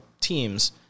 teams